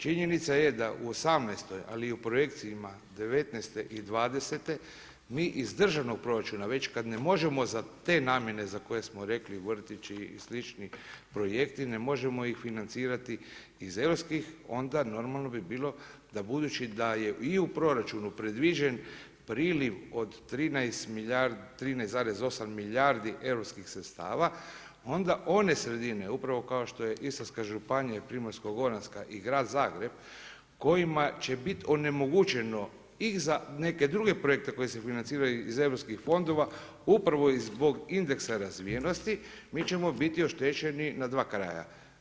Činjenica je da u 2018., ali i u projekcijama 2019. i 2020. mi iz državnog proračuna već kada ne možemo za te namjene za koje smo rekli vrtići i slični projekti, ne možemo ih financirati iz europskih onda normalno bi bilo da budući da je i u proračunu predviđen priliv od 13,8 milijardi europskih sredstava onda one sredine upravo kao što je Istarska županija i Primorsko-goranska i grad Zagreb kojima će biti onemogućeno i za neke druge projekte koji se financiraju iz europskih fondova, upravo zbog indeksa razvijenosti mi ćemo biti oštećeni na dva kraja.